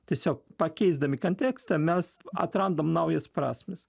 tiesiog pakeisdami kontekstą mes atrandam naujas prasmes